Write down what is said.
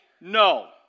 no